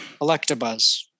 Electabuzz